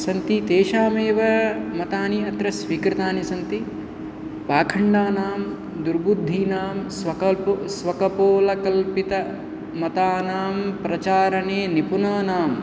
सन्ति तेषाम् एव मतानि अत्र स्वीकृतानि सन्ति पाखण्डानां दुर्बुद्धीनां स्वकपोलकल्पितमतानां प्रचारणे निपुनानां